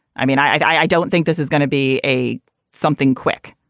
i mean, i don't think this is going to be a something quick.